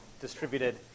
distributed